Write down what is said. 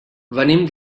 venim